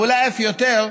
ואולי אף יותר.